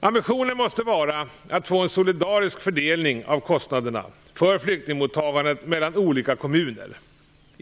Ambitionen måste vara att få en solidarisk fördelning av kostnaderna för flyktingmottagandet mellan olika kommuner.